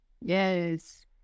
Yes